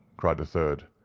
cried a third.